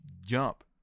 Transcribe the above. jump